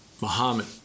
Muhammad